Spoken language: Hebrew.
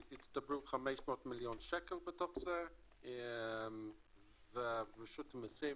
שהצטברו 500 מיליון שקל בקרן ורשות המיסים,